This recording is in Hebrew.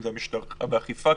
אם זה המשטרה באכיפה,